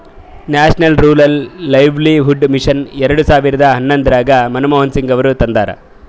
national rural livelihood mission ಎರೆಡ ಸಾವಿರದ ಹನ್ನೊಂದರಾಗ ಮನಮೋಹನ್ ಸಿಂಗ್ ಅವರು ತಂದಾರ